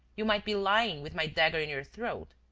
you might be lying with my dagger in your throat.